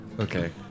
Okay